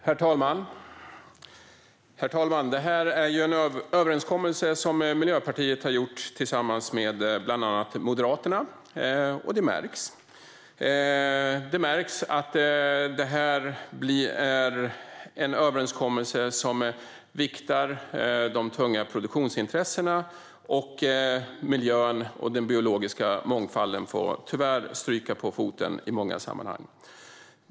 Herr talman! Det här är en överenskommelse som Miljöpartiet har gjort tillsammans med bland annat Moderaterna, och det märks. Det märks att det är en överenskommelse som viktar de tunga produktionsintressena och där miljön och den biologiska mångfalden tyvärr får stryka på foten i många sammanhang.